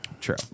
true